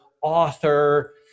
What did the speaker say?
author